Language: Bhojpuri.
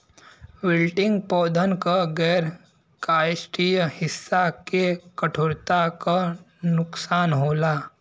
विल्टिंग पौधन क गैर काष्ठीय हिस्सा के कठोरता क नुकसान होला